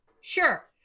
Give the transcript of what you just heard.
Sure